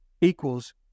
equals